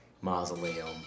Mausoleum